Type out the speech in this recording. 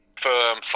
firm